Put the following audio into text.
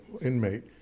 inmate